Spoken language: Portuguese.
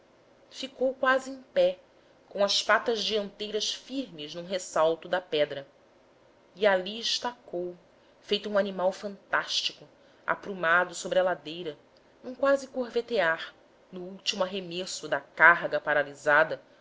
ficou quase em pé com as patas dianteiras firmes num ressalto da pedra e ali estacou feito um animal fantástico aprumado sobre a ladeira num quase curvetear no último arremesso da carga paralisada